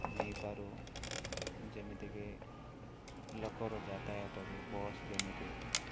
ନେଇପାରୁ ଯେମିତିକି ଲୋକର ଯାତାୟତ ବି ବସ୍ ଯେମିତି